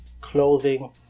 clothing